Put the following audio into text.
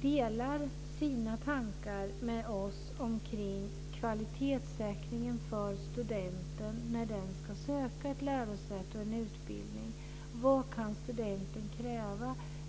delar sina tankar med oss omkring kvalitetssäkring för studenten när studenten ska söka en utbildning och ett lärosäte. Vad kan studenten kräva?